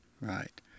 Right